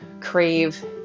Crave